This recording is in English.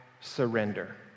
surrender